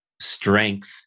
strength